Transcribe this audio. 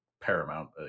paramount